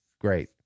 great